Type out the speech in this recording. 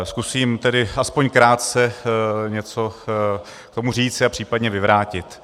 Zkusím tedy aspoň krátce něco k tomu říct a případně vyvrátit.